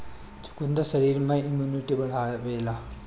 चुकंदर शरीर में इमुनिटी बढ़ावेला